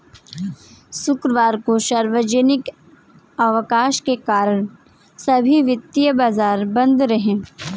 शुक्रवार को सार्वजनिक अवकाश के कारण सभी वित्तीय बाजार बंद रहे